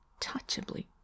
touchably